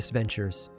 ventures